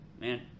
man